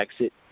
exit